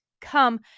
come